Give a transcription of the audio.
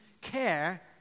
care